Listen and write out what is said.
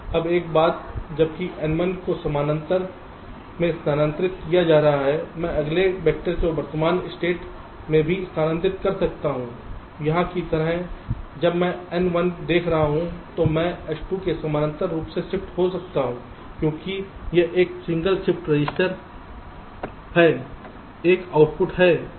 अब एक बात जबकि N1 को समानांतर में स्थानांतरित किया जा रहा है मैं अगले वेक्टर की वर्तमान स्टेट में भी स्थानांतरित कर सकता हूं यहाँ की तरह जब मैं N1 देख रहा हूँ तो मैं S2 में समानांतर रूप से शिफ्ट हो सकता हूँ क्योंकि यह एक सिंगल शिफ्ट रजिस्टर है एक आउटपुट है एक इनपुट भी है